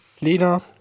Lena